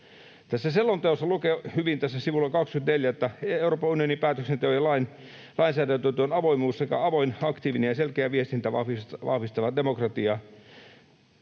Tässä selonteossa lukee hyvin sivulla 24, että ”Euroopan unionin päätöksenteon ja lainsäädäntötyön avoimuus sekä avoin, aktiivinen ja selkeä viestintä vahvistavat demokra-tiaa”.